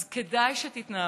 אז כדאי שתתנערו